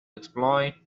exploit